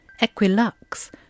Equilux